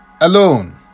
alone